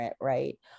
right